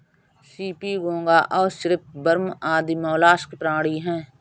CP, घोंगा और shrimp worm आदि मौलास्क प्राणी हैं